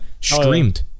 streamed